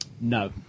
No